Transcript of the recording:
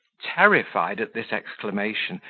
terrified at this exclamation,